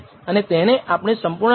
અને તેને આપણે સંપૂર્ણ રીતે જોઈશું